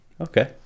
Okay